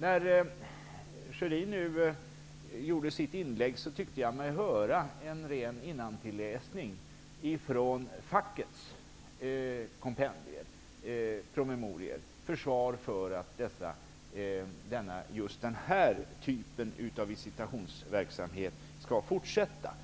När Sjödin nu gjorde sitt inlägg tyckte jag mig höra en ren innantilläsning från fackets kompendier och promemorior. Det är ett försvar för att just den här typen av visitationsverksamhet skall fortsätta.